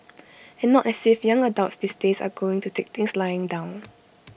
and not as if young adults these days are going to take things lying down